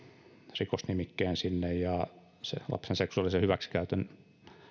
rikosnimikkeen sinne ja korottamalla lapsen seksuaalisen hyväksikäytön